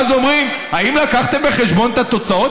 ואז אומרים: האם הבאתם בחשבון את התוצאות